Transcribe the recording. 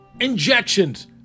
injections